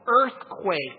earthquake